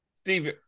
Steve